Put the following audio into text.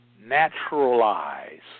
naturalize